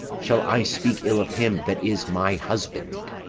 shall i speak ill of him that is my husband?